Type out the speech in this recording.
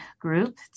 Group